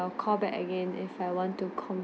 I will call back again if I want to con~